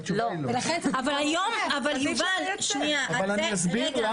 אני אסביר.